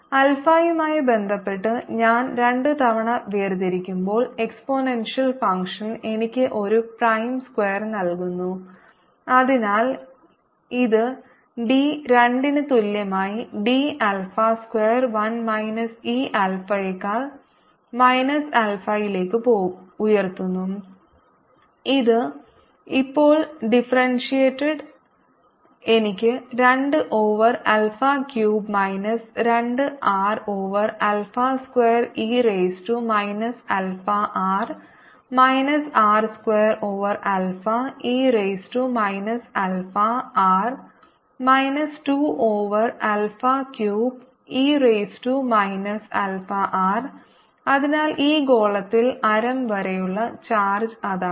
ആൽഫയുമായി ബന്ധപ്പെട്ട് ഞാൻ രണ്ടുതവണ വേർതിരിക്കുമ്പോൾ എക്സ്പോണൻഷ്യൽ ഫംഗ്ഷൻ എനിക്ക് ഒരു പ്രൈം സ്ക്വയർ നൽകുന്നു അതിനാൽ ഇത് d 2 ന് തുല്യമായി d alpha square 1 minus e ആൽഫയെക്കാൾ മൈനസ് ആൽഫയിലേക്ക് ഉയർത്തുന്നു ഇത് എപ്പോൾ ഡിഫറൻഷ്യേറ്റഡ് എനിക്ക് 2 over alpha cube minus 2 r over alpha square e raise to minus alpha r minus r square over alpha e raise to minus alpha r minus 2 over alpha cube e raise to minus alpha R അതിനാൽ ഈ ഗോളത്തിൽ ആരം വരെയുള്ള charge അതാണ്